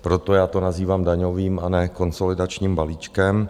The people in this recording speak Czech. Proto já to nazývám daňovým, a ne konsolidačním balíčkem.